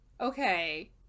Okay